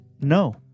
No